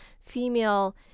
female